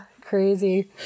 crazy